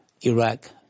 Iraq